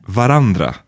varandra